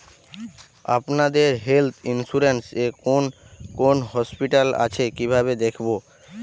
আপনাদের health insurance এ কোন কোন হসপিটাল আছে কিভাবে দেখবো?